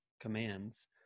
commands